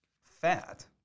fat